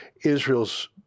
Israel's